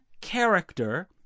character